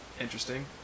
interesting